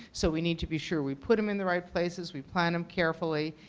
so we need to be sure we put them in the right places, we plant them carefully,